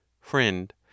FRIEND